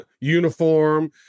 uniform